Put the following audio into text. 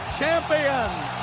champions